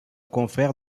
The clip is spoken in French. confrère